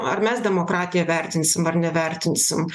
ar mes demokratiją vertinsim ar nevertinsim